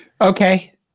Okay